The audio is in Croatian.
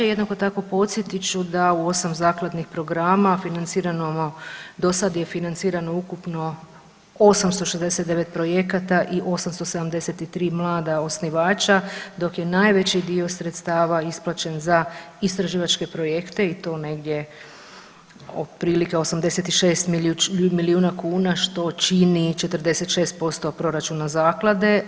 Jednako tako podsjetit ću da u osam zakladnih programa financirano do sad je financirano ukupno 869 projekata i 873 mlada osnivača, dok je najveći dio sredstava isplaćen za istraživačke projekte i to negdje otprilike 86 milijuna kuna što čini 46 proračuna zaklade.